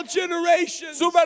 generations